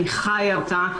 אני חיה אותה,